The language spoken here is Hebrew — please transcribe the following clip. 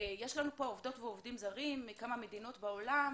יש לנו פה עובדות ועובדים זרים מכמה מדינות בעולם,